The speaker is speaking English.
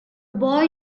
boy